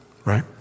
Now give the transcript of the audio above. right